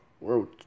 World